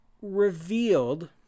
revealed